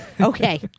Okay